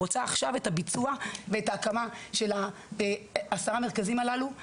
רוצה עכשיו את הביצוע ואת ההקמה של העשרה מרכזים הללו,